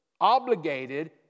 obligated